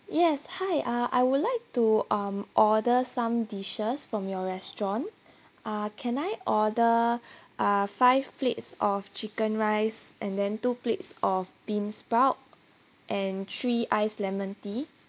yes hi uh I would like to um order some dishes from your restaurant uh can I order uh five plates of chicken rice and then two plates of bean sprout and three ice lemon tea